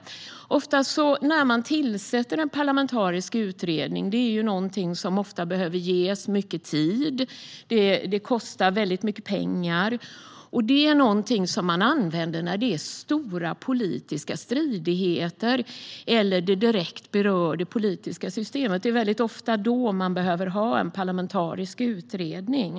För en parlamentarisk utredning behövs det ofta mycket tid. Det kostar mycket pengar. Och det är någonting som används vid stora politiska stridigheter eller om det direkt berör det politiska systemet. Det är ofta då man behöver ha en parlamentarisk utredning.